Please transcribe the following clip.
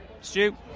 Stu